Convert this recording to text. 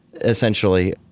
essentially